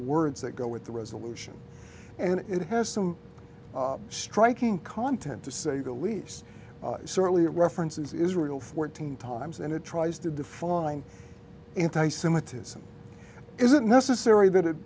words that go with the resolution and it has some striking content to say the least certainly it references israel fourteen times and it tries to define antisemitism is it necessary that it